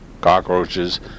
cockroaches